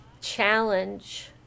challenge